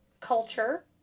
culture